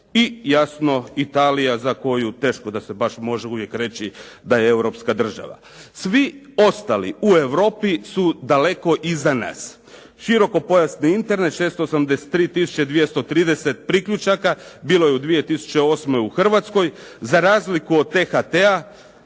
I jasno Italija za koju teško baš da se uvijek može reći da je europska država. Svi ostali u Europi su daleko iza nas. Širokopojasni Internet 683 tisuće 230 priključaka bilo je 2008. u Hrvatskoj za razliku od THT-a.